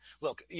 look